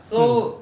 mm